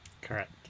Correct